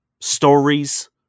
stories